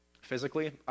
physically